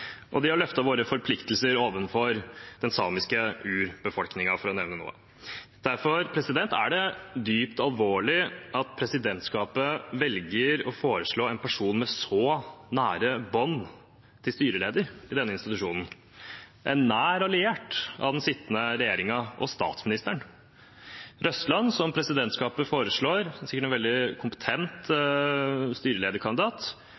og de har løftet våre forpliktelser overfor den samiske urbefolkningen – for å nevne noe. Derfor er det dypt alvorlig at presidentskapet velger å foreslå en person til styreleder for denne institusjonen som har så nære bånd til og er en nær alliert av den sittende regjeringen og statsministeren. Marit Berger Røsland, som presidentskapet foreslår, er sikkert en veldig kompetent